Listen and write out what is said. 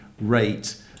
rate